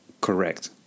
correct